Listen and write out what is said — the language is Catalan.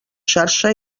xarxa